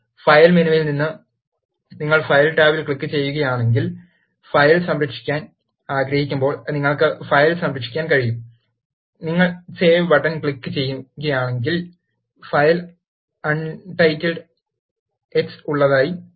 file മെനുവിൽ നിന്ന് നിങ്ങൾ ഫയൽ ടാബിൽ ക്ലിക്കുചെയ്യുകയാണെങ്കിൽ ഫയൽ സംരക്ഷിക്കാൻ ആഗ്രഹിക്കുമ്പോൾ നിങ്ങൾക്ക് ഫയൽ സംരക്ഷിക്കാൻ കഴിയും നിങ്ങൾ സേവ് ബട്ടൺ ക്ലിക്കുചെയ്യുകയാണെങ്കിൽ ഫയൽ അൺടൈറ്റ്ലെഡ് x ഉള്ളതായി ഇത് യാന്ത്രികമായി സംരക്ഷിക്കും